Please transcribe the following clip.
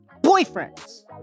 Boyfriends